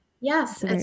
Yes